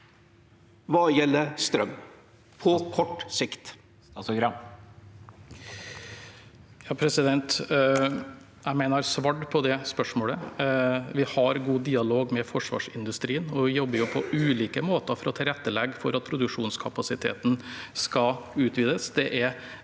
Arild Gram Jeg mener jeg har svart på det spørsmålet. Vi har god dialog med forsvarsindustrien, og vi jobber på ulike måter for å tilrettelegge for at produksjonskapasiteten skal utvides.